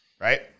right